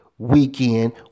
weekend